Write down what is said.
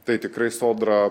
tai tikrai sodra